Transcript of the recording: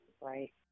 Right